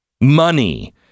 Money